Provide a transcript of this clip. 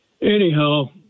Anyhow